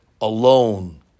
alone